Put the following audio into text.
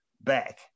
back